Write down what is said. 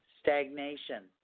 stagnation